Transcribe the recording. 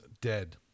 dead